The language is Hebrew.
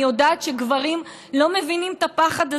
אני יודעת שגברים לא מבינים את הפחד הזה,